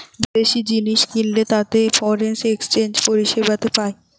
বিদেশি জিনিস কিনলে তাতে ফরেন এক্সচেঞ্জ পরিষেবাতে পায়